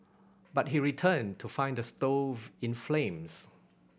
but he returned to find the stove in flames